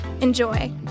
Enjoy